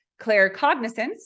claircognizance